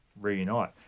reunite